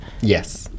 yes